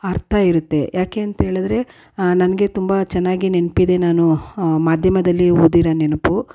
ಅರ್ಥ ಇರುತ್ತೆ ಯಾಕೆ ಅಂತ್ಹೇಳಿದ್ರೆ ನನಗೆ ತುಂಬ ಚೆನ್ನಾಗಿ ನೆನಪಿದೆ ನಾನು ಮಾಧ್ಯಮದಲ್ಲಿ ಓದಿರೋ ನೆನಪು